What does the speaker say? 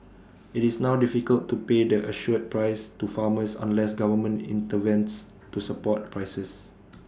IT is now difficult to pay the assured price to farmers unless government intervenes to support prices